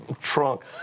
trunk